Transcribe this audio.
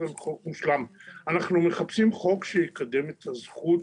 אנו מחפשים חוק שיקדם את הזכות